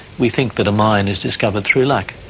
we think that a mine is discovered through luck.